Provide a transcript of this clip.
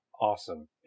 awesome